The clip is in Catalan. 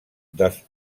dels